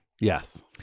Yes